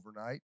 overnight